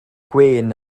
gwên